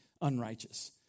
unrighteous